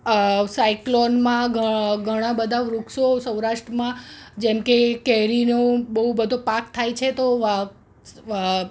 સાયકલોનમાં ઘ ઘણાં બધાં વૃક્ષો સૌરાષ્ટ્રમાં જેમ કે કેરીનો બહુ બધો પાક થાય છે તો